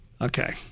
Okay